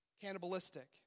cannibalistic